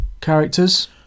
characters